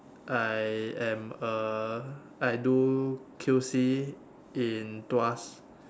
I am a I do Q_C in tuas